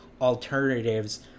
alternatives